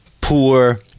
poor